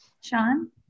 Sean